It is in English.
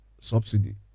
subsidy